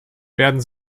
werden